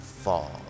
fall